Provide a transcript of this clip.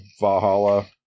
Valhalla